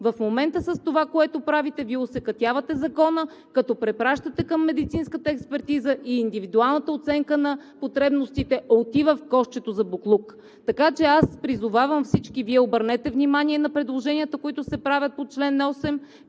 В момента с това, което правите, Вие осакатявате Закона, като препращате към медицинската експертиза и индивидуалната оценка на потребностите отива в кошчето за боклук. Така че аз призовавам – всички Вие обърнете внимание на предложенията, които се правят по чл.